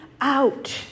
out